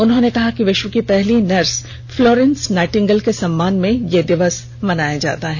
उन्होंने कहा कि विष्व की पहली नर्स फ्लोरेंस नाईटिंगल के सम्मान में यह दिवस मनाया जाता है